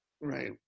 Right